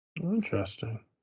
Interesting